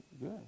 Good